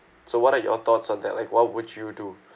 so what are your thoughts on that like what would you do